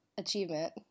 Achievement